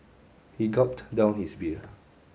he gulped down his beer